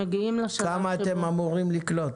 כמה אתם אמורים לקלוט?